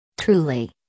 Truly